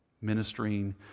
Ministering